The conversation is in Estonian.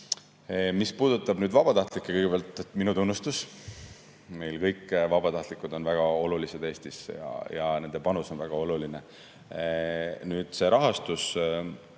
Mis puudutab vabatahtlikke, siis kõigepealt minu tunnustus. Kõik vabatahtlikud on väga olulised Eestis ja nende panus on väga oluline. Nüüd, see rahastus